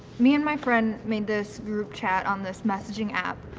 me and my friend made this group chat on this messaging app.